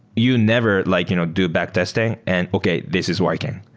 you never like you know do back testing, and okay, this is working.